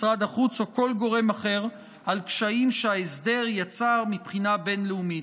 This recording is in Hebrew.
משרד החוץ או כל גורם אחר על קשיים שההסדר יצר מבחינת בין-לאומית.